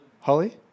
Holly